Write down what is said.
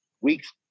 weeks